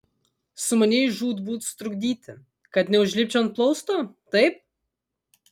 sumanei žūtbūt sutrukdyti kad neužlipčiau ant plausto taip